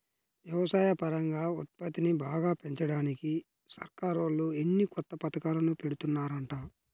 వ్యవసాయపరంగా ఉత్పత్తిని బాగా పెంచడానికి సర్కారోళ్ళు ఎన్నో కొత్త పథకాలను పెడుతున్నారంట